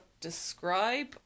describe